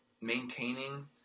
maintaining